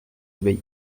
obéir